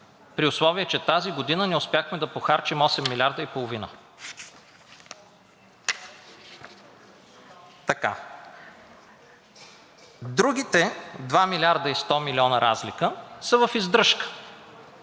при условие че тази година не успяхме да похарчим осем милиарда и половина. Другите 2 млрд. и 100 милиона разлика са в издръжка